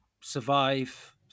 survive